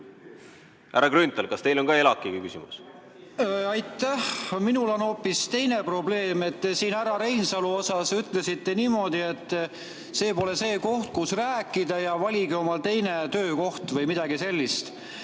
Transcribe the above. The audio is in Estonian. Härra Grünthal, kas teil on ka ELAK-i küsimus? Aitäh! Minul on hoopis teine probleem. Te siin härra Reinsalule ütlesite niimoodi, et see pole see koht, kus rääkida, ja valige omale teine töökoht või midagi sellist.